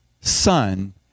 Son